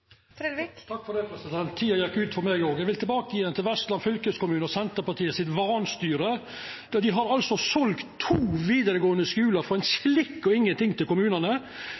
gjekk ut for meg òg. Eg vil tilbake til Vestland fylkeskommune og Senterpartiets vanstyre. Dei har altså selt to vidaregåande skular for ein slikk og ingenting til kommunane,